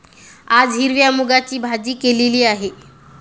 आज हिरव्या मूगाची भाजी केलेली आहे